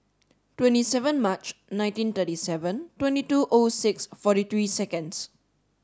twenty seven March nineteen thirty seven twenty two O six forty three seconds